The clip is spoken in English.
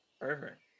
Perfect